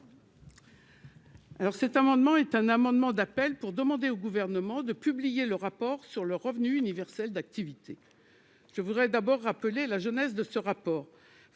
Alors, cet amendement est un amendement d'appel pour demander au gouvernement de publier le rapport sur le revenu universel d'activité, je voudrais d'abord rappeler la jeunesse de ce rapport